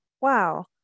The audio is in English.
Wow